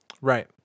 Right